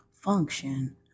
function